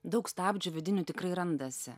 daug stabdžių vidinių tikrai randasi